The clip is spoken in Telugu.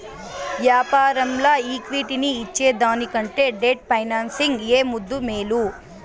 యాపారంల ఈక్విటీని ఇచ్చేదానికంటే డెట్ ఫైనాన్సింగ్ ఏ ముద్దూ, మేలు